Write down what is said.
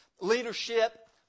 leadership